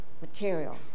material